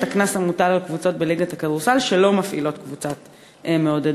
הקנס המוטל על קבוצות בליגת הכדורסל שלא מפעילות קבוצת מעודדות.